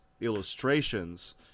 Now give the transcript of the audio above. illustrations